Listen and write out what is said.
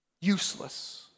Useless